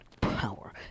power